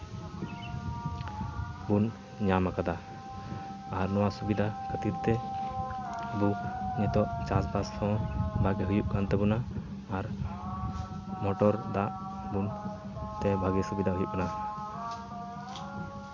ᱵᱚᱱ ᱧᱟᱢᱟᱠᱟᱫᱟ ᱟᱨ ᱱᱚᱣᱟ ᱥᱩᱵᱤᱫᱟ ᱠᱷᱟᱹᱛᱤᱨ ᱛᱮ ᱟᱵᱚ ᱱᱤᱛᱳᱜ ᱪᱟᱥᱵᱟᱥ ᱦᱚᱸ ᱵᱷᱟᱜᱮ ᱦᱩᱭᱩᱜ ᱠᱟᱱ ᱛᱟᱵᱚᱱᱟ ᱟᱨ ᱢᱚᱴᱚᱨ ᱫᱟᱜ ᱵᱚᱱ ᱛᱮ ᱵᱷᱟᱜᱤ ᱥᱩᱵᱤᱫᱟ ᱦᱩᱭᱩᱜ ᱠᱟᱱᱟ